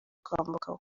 kwambuka